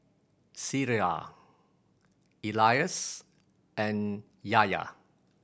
Syirah Elyas and Yahya